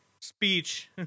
speech